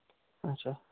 اچھا